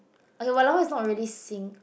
okay walao is not really sing~